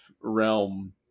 realm